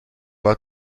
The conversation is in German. war